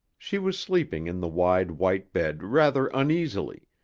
she was sleeping in the wide white bed rather uneasily,